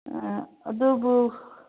ꯑꯗꯨꯕꯨ